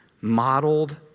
modeled